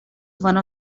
one